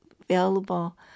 available